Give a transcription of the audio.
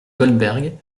goldberg